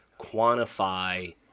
quantify